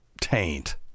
taint